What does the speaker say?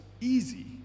easy